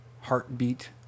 heartbeat